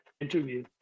Interview